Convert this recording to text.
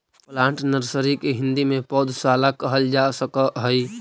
plant nursery के हिंदी में पौधशाला कहल जा सकऽ हइ